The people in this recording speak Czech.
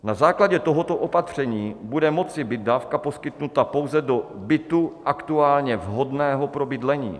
Na základě tohoto opatření bude moci být dávka poskytnuta pouze do bytu aktuálně vhodného pro bydlení.